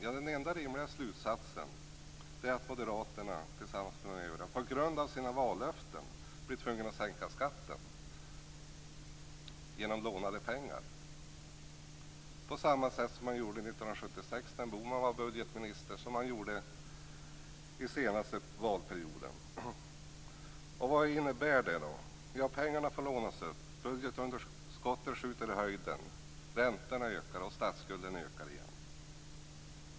Ja, den enda rimliga slutsaten är att moderaterna, tillsammans med de övriga borgerliga partierna, på grund av sina vallöften blir tvungna att sänka skatten genom lånade pengar. På samma sätt gjorde man 1976, när Bohman var budgetminister, och under senaste valperioden. Vad innebär då detta? Jo, pengarna får lånas upp, budgetunderskottet skjuter i höjden, räntorna och statsskulden ökar igen.